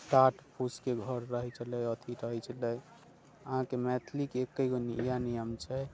टाट फूसके घर रहैत छलै अथी रहैत छलै की कहैत छलै अहाँके मैथिलीके एके गो इएह नियम छै